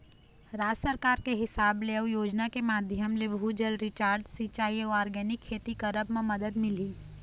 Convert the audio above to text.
राज सरकार के हिसाब ले अउ योजना के माधियम ले, भू जल रिचार्ज, सिंचाई अउ आर्गेनिक खेती करब म मदद मिलही